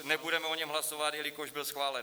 Nebudeme o něm hlasovat, jelikož byl schválen 8551.